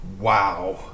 Wow